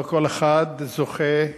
לא כל אחד זוכה להיות,